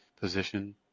position